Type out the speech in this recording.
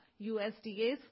USDA's